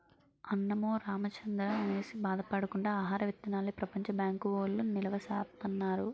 అన్నమో రామచంద్రా అనేసి బాధ పడకుండా ఆహార విత్తనాల్ని ప్రపంచ బ్యాంకు వౌళ్ళు నిలవా సేత్తన్నారు